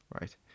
Right